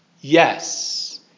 Yes